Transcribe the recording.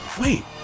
Wait